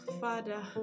father